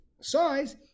size